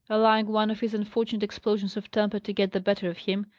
allowing one of his unfortunate explosions of temper to get the better of him,